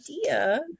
idea